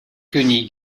koenig